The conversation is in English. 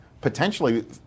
potentially